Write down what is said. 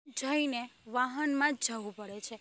જઈને વાહનમાં જ જવું પડે છે